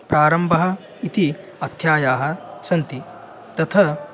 प्रारम्भः इति अध्यायाः सन्ति तथा